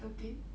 thirteen